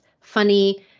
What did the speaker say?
funny